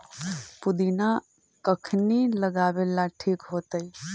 पुदिना कखिनी लगावेला ठिक होतइ?